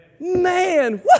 Man